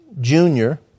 junior